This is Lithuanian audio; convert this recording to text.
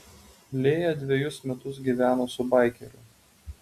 lėja dvejus metus gyveno su baikeriu